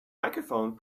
microphone